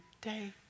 day